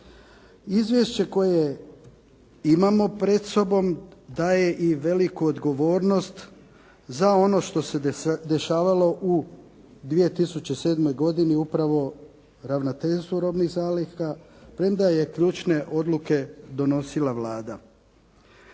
Izvješće koje imamo pred sobom, daje i veliku odgovornost za ono što se dešavalo u 2007. godini upravo ravnateljstvo robnih zaliha, premda je ključne odluke donosila Vlada.